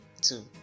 two